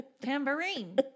tambourine